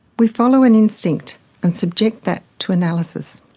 we follow an instinct and subject that to analysis.